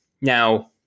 now